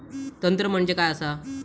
तंत्र म्हणजे काय असा?